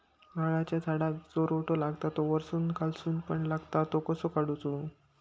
नारळाच्या झाडांका जो रोटो लागता तो वर्सून आणि खालसून पण लागता तो कसो काडूचो?